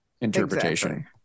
interpretation